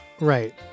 Right